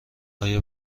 آیا